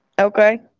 Okay